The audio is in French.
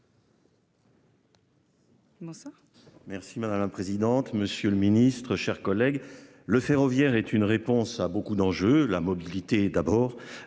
Merci madame la présidente. Monsieur le Ministre, chers collègues. Le ferroviaire est une réponse à beaucoup d'enjeux, la mobilité, d'abord